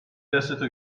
دستتو